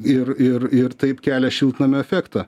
ir ir ir taip kelia šiltnamio efektą